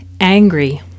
angry